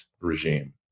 regime